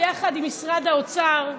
ביחד עם משרד האוצר,